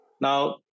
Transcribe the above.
Now